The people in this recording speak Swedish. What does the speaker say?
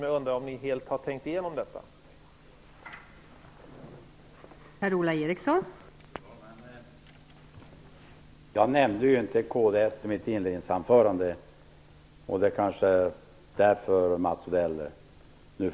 Jag undrar om ni helt har tänkt igenom den principen.